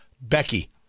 Becky